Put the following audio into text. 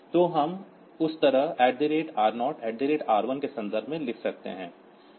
तो हम उस तरह R0 R1 के संदर्भ में लिख सकते हैं